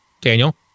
Daniel